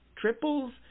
triples